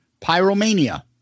Pyromania